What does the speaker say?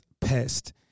pest